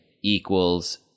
equals